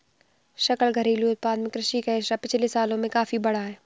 सकल घरेलू उत्पाद में कृषि का हिस्सा पिछले सालों में काफी बढ़ा है